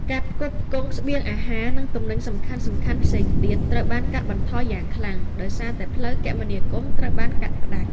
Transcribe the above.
ការផ្គត់ផ្គង់ស្បៀងអាហារនិងទំនិញសំខាន់ៗផ្សេងទៀតត្រូវបានកាត់បន្ថយយ៉ាងខ្លាំងដោយសារតែផ្លូវគមនាគមន៍ត្រូវបានកាត់ផ្តាច់។